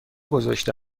گذاشته